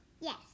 Yes